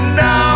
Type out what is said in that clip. now